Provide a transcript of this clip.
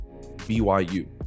BYU